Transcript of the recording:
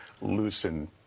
loosen